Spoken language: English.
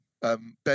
Ben